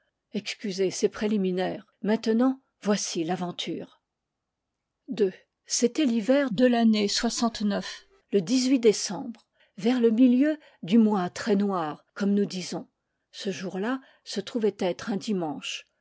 excusez ces préliminaires maintenant voici l'aventure it c'était l'hiver de l année le décembre vers le milieu du mois très noir comme nous disons ce jour-là se trouvait être un dimanche